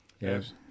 Yes